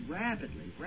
rapidly